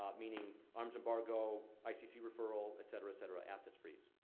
um meaning arms embargo, i c c. referral, etcetera, etcetera, assets freeze.